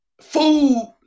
food